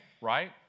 right